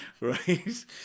right